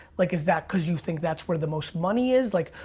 like, is that cause you think that's where the most money is? like,